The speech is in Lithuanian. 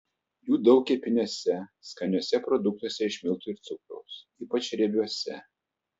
jų daug kepiniuose skaniuose produktuose iš miltų ir cukraus ypač riebiuose